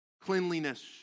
cleanliness